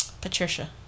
Patricia